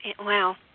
Wow